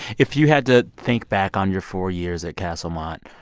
if you had to think back on your four years at castlemont,